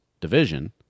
division